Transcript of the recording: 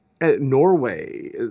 Norway